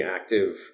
active